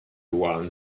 one